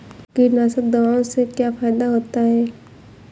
कीटनाशक दवाओं से क्या फायदा होता है?